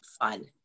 fun